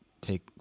take